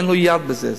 אין לי יד בזה,